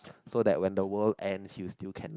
so that when the world end you still can like